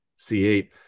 C8